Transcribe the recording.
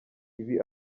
ibi